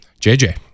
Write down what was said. JJ